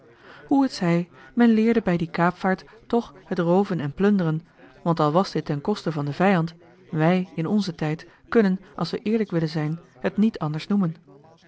hoe het zij men leerde bij die kaapvaart toch het rooven en plunderen want al joh h been paddeltje de scheepsjongen van michiel de ruijter was dit ten koste van den vijand wij in onzen tijd kunnen als we eerlijk willen zijn het niet anders noemen